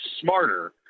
smarter